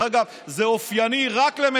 לא משנה מי הוא.